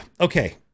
okay